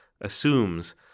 assumes